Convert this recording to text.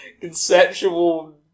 conceptual